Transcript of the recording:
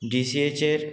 डिसीएचेर